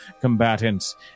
combatants